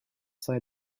sei